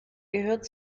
gehört